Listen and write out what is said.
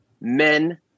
men